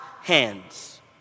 hands